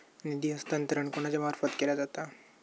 निधी हस्तांतरण कोणाच्या मार्फत केला जाता?